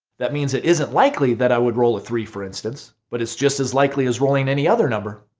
that means it isn't likely that i would roll a three for instance, but it's just as likely as rolling any other number.